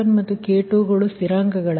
K1ಮತ್ತು K2ಸ್ಥಿರಾಂಕಗಳು